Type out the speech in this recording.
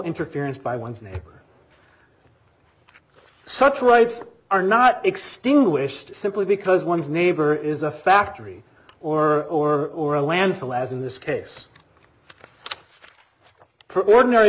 interference by one's name such rights are not extinguished simply because one's neighbor is a factory or or a landfill as in this case for ordinary